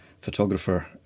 photographer